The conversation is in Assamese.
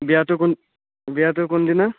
বিয়াটো কোন বিয়াটো কোন দিনা